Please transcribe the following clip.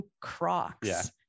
Crocs